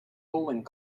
bowling